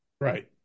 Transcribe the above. right